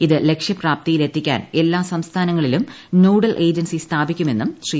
ഇത് ലക്ഷ്യപ്രാപ്തിയിലെത്തിക്കാൻ എല്ലാ സംസ്ഥാനങ്ങളിലും നോഡൽ ഏജൻസി സ്ഥാപിക്കുമെന്നും ശ്രീ